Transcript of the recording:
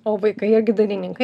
o vaikai irgi dainininkai